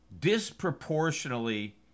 disproportionately